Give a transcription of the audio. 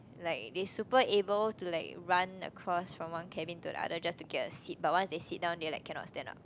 like they super able to like run across from one cabin to another to just get a seat but once they sit down they like cannot stand up